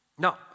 No